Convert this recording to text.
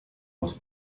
was